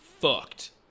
fucked